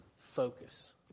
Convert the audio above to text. focus